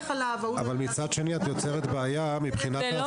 עליו -- מצד שני את יוצרת בעיה -- אבל את